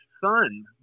son